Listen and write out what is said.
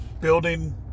Building